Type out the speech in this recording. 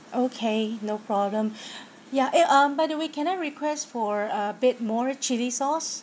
okay no problem ya eh um by the way can I request for a bit more chilli sauce